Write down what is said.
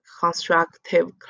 constructive